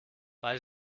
bei